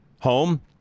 home